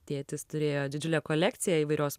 tėtis turėjo didžiulę kolekciją įvairios